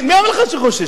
מי אמר לך שחוששים.